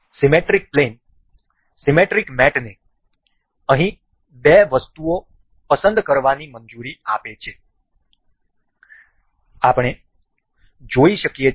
symmetric plane symmetric મેટને અહીં બે વસ્તુઓ પસંદ કરવાની મંજૂરી આપે છે આપણે જોઈ શકીએ છીએ